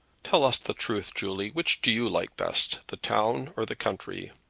tell us the truth, julie which do you like best, the town or the country?